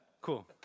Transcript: Cool